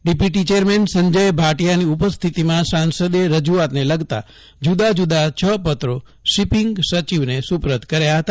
DPT chairman Sanjay ભાટિયાની ઉપસ્થિતિમાં સાંસદે રજૂઆતને લગતા જૂદા જૂદા છ પત્રો શિપિંગ સચિવને સુપરત કર્યા હતા